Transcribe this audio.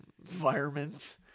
environment